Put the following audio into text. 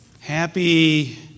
happy